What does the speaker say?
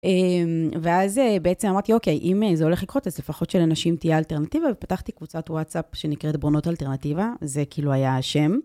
ואז בעצם אמרתי, אוקיי, אם זה הולך לקרות, אז לפחות שלאנשים תהיה אלטרנטיבה, ופתחתי קבוצת וואטסאפ שנקראת בונות אלטרנטיבה, זה כאילו היה השם.